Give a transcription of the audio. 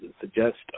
suggest